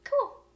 cool